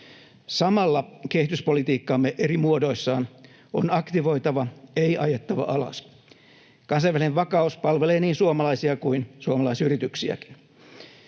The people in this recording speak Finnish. Samalla kehityspolitiikkaamme eri muodoissaan on aktivoitava, ei ajettava alas. Kansainvälinen vakaus palvelee niin suomalaisia kuin suomalaisyrityksiäkin.